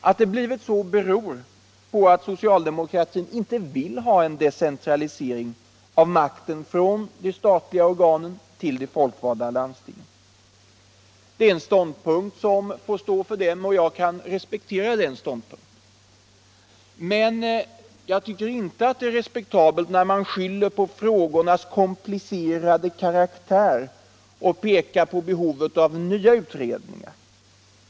Att det har blivit så beror på att socialdemokratin inte vill ha en decentralisering av makten från de statliga organen till de folkvalda landstingen. Det är en ståndpunkt som får stå för socialdemokratin, och jag kan respektera den ståndpunkten. Men jag tycker inte att det är respektabelt när man skyller på frågornas komplicerade karaktär och pekar på behovet av nya utredningar.